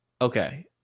okay